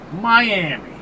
Miami